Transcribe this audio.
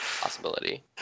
possibility